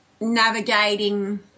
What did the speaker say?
navigating